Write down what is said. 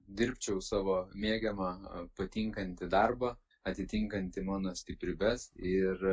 dirbčiau savo mėgiamą patinkantį darbą atitinkantį mano stiprybes ir